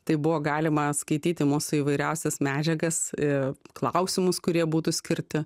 tai buvo galima skaityti mūsų įvairiausias medžiagas i klausimus kurie būtų skirti